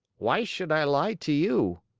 why should i lie to you?